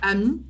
Ami